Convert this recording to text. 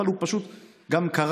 אבל הוא פשוט גם קרה,